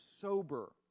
sober